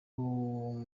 ubwo